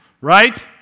right